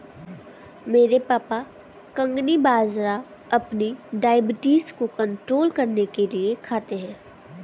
मेरे पापा कंगनी बाजरा अपनी डायबिटीज को कंट्रोल करने के लिए खाते हैं